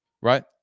right